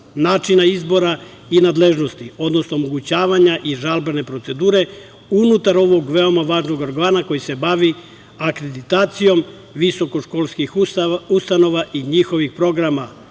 načina izbora i nadležnosti, odnosno omogućavanja i žalbene procedure unutar ovog veoma važnog organa koji se bavi akreditacijom visokoškolskih ustanova i njihovih programa.